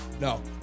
No